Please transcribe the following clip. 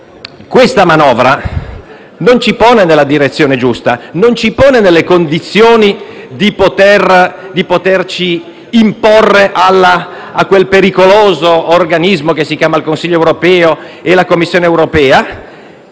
questa manovra non ci pone nella direzione giusta né nelle condizioni di imporci a quel pericoloso organismo che si chiama Consiglio europeo o alla Commissione europea.